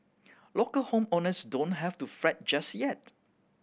local home owners don't have to fret just yet